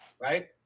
Right